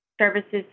services